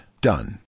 Done